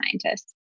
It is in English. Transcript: scientists